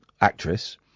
actress